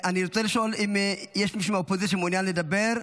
אני רוצה לשאול אם יש מישהו מהאופוזיציה שמעוניין לדבר.